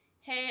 hey